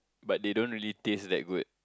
but they don't really taste that good